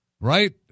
right